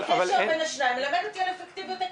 הקשר בין השניים מלמד אותי על אפקטיביות הכלי.